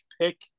pick